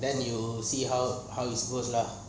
then we will see see how it goes lah